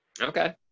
Okay